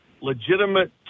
legitimate